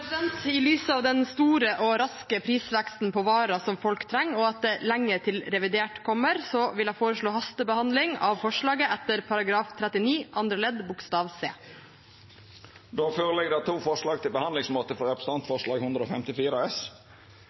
ordet. I lys av den store og raske prisveksten på varer som folk trenger, og at det er lenge til revidert kommer, vil jeg foreslå hastebehandling av forslaget etter § 39 andre ledd bokstav c. Det ligg føre to forslag til behandlingsmåte for Dokument 8:154 S.